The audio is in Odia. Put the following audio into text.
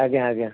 ଆଜ୍ଞା ଆଜ୍ଞା